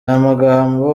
amagambo